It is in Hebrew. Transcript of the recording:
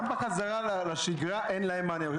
גם בחזרה לשגרה אין להם מענה.